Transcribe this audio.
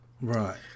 Right